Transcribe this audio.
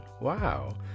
Wow